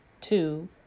Two